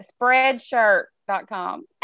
spreadshirt.com